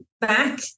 back